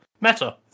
Meta